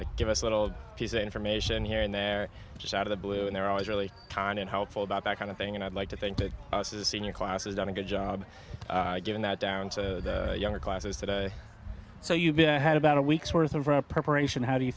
common give us a little piece of information here and they're just out of the blue and they're always really kind and helpful about that kind of thing and i'd like to think that i was a senior class has done a good job given that down to younger classes today so you've been i had about a week's worth of preparation how do you